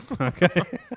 Okay